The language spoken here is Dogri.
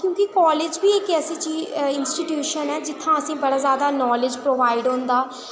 क्योंकि कॉलेज बी इक ऐसा इंस्टीटयूशन ऐ जित्थै असें बड़ा नॉलेज प्रोवाईड होंदा